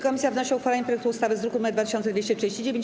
Komisja wnosi o uchwalenie projektu ustawy z druku nr 2239.